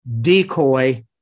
decoy